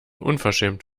unverschämt